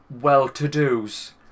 well-to-dos